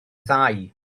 ddau